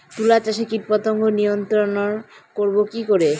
তুলা চাষে কীটপতঙ্গ নিয়ন্ত্রণর করব কি করে?